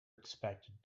expected